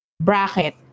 bracket